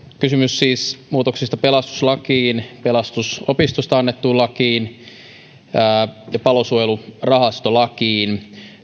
kysymys on siis muutoksista pelastuslakiin pelastusopistosta annettuun lakiin ja palosuojelurahastolakiin